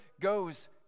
goes